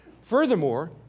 Furthermore